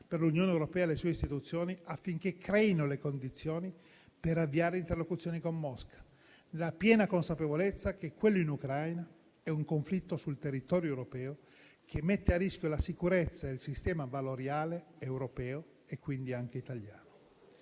per l'Unione europea e le sue istituzioni, affinché creino le condizioni per avviare interlocuzioni con Mosca, nella piena consapevolezza che quello in Ucraina è un conflitto sul territorio europeo che mette a rischio la sicurezza, il sistema valoriale europeo e quindi anche italiano.